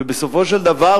ובסופו של דבר,